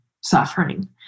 suffering